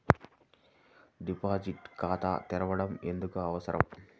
Deposit ఖాతా తెరవడం ఎందుకు అవసరం?